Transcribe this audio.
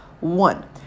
One